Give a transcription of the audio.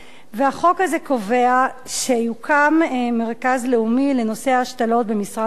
החוק הזה קובע שיוקם מרכז לאומי לנושא השתלות במשרד הבריאות